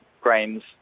grains